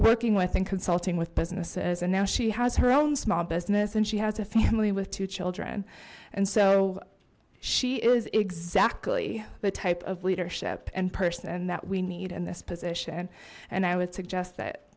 working with and consulting with businesses and now she has her own small business and she has a family with two children and so she is exactly the type of leadership and person that we need in this position and i would suggest that